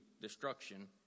destruction